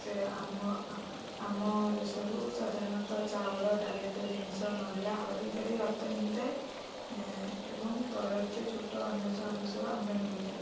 ସେ ଆମ ଆମ ଦେଶରୁ ସାଧାରଣତଃ ଚାଉଳ ଡାଲିଜାତୀୟ ଜିନିଷ ନଡ଼ିଆ ହଳଦୀ ଇତ୍ୟାଦି ରପ୍ତାନି ହେଇଥାଏ ଏବଂ ତୈଳବୀଜ ଝୋଟ ଅନ୍ୟ ଦେଶ ଆମ ଦେଶକୁ ଆମଦାନୀ ହୋଇଥାଏ